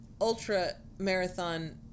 ultra-marathon